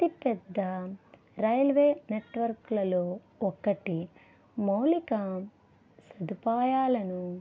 అతి పెద్ద రైల్వే నెట్వర్క్లలో ఒకటి మౌలిక సదుపాయాలను